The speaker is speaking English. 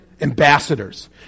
ambassadors